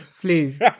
Please